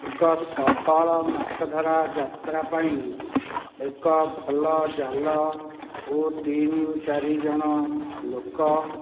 ଏକ ସଫଳ ମାଛଧରା ଯାତ୍ରା ପାଇଁ ଏକ ଭଲ ଜାଲ ଓ ତିନିରୁ ଚାରିଜଣ ଲୋକ